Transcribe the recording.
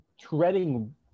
treading